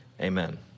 amen